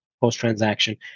post-transaction